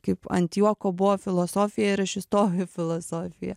kaip ant juoko buvo filosofija ir aš įstojau į filosofiją